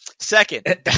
Second